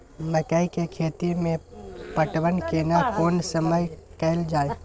मकई के खेती मे पटवन केना कोन समय कैल जाय?